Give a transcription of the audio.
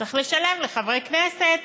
צריך לשלם לחברי כנסת,